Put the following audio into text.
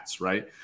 right